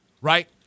right